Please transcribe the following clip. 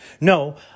No